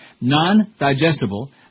non-digestible